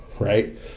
right